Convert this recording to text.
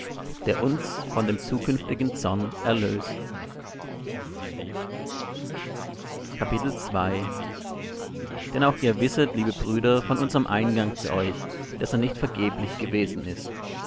der uns von dem zukünftigen zorn erlöst denn auch ihr wisset liebe brüder von unserm eingang zu euch daß er nicht vergeblich gewesen ist